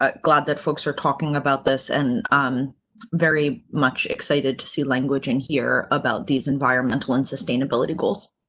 ah glad that folks are talking about this and very much excited to see language in here about these environmental and sustainability goals.